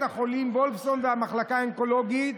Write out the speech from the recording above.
החולים וולפסון והמחלקה האונקולוגית,